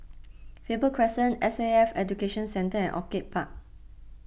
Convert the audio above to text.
Faber Crescent S A F Education Centre and Orchid Park